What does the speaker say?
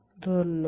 ধন্যবাদ